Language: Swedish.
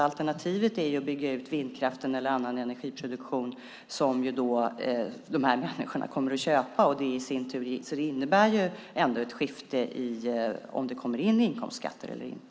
Alternativet är ju att bygga ut vindkraften eller annan energiproduktion som de här människorna kommer att köpa, så det innebär ändå ett skifte beroende på om det kommer in inkomstskatter eller inte.